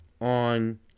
on